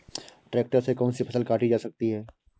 Tractor से कौन सी फसल काटी जा सकती हैं?